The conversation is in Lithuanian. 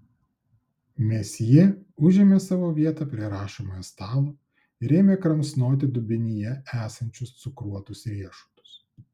mesjė užėmė savo vietą prie rašomojo stalo ir ėmė kramsnoti dubenyje esančius cukruotus riešutus